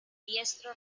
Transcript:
diestro